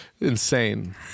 insane